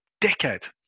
dickhead